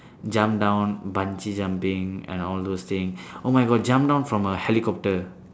jump down bungee jumping and all those things oh my god jump down from a helicopter